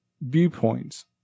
viewpoints